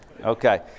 Okay